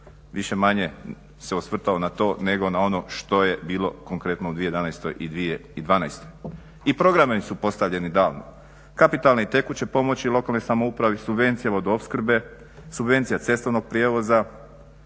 2012.više manje se osvrtao na to nego ono što je bilo konkretno u 2011.i 2012. I programi su postavljeni davno, kapitalne i tekuće pomoći lokalnoj samoupravi, subvencije vodoopskrbe, subvencija cestovnog prijevoza,